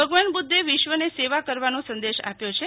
ભગવાન બુદ્ધે વિશ્વને સેવા કરવાનો સંદેશ આપ્યો છે